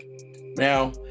Now